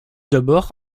d’abord